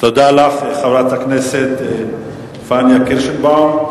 תודה לך, חברת הכנסת פניה קירשנבאום.